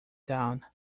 down